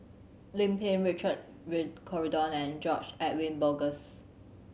Lim Pin Richard Corridon and George Edwin Bogaars